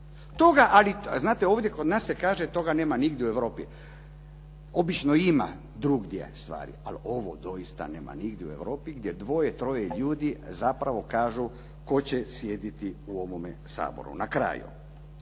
kolegama. Znate, ovdje kod nas se kaže toga nema nigdje u Europi. Obično ima drugdje stvari, ali ovo doista nema nigdje u Europi gdje dvoje, troje ljudi zapravo kažu tko će sjediti u ovome Saboru. Na kraju,